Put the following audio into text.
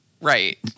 Right